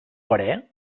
parer